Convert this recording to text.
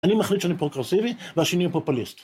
אני מחליט שאני פרוגרסיבי, והשני הוא פופוליסט.